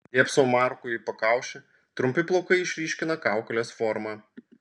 dėbsau markui į pakaušį trumpi plaukai išryškina kaukolės formą